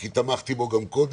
כי תמכתי בו גם קודם,